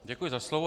Děkuji za slovo.